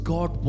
God